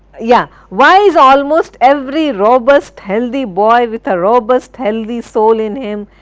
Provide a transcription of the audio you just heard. yeah why is almost every robust healthy boy with a robust healthy soul in him,